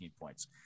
points